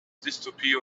dystopie